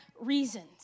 reasons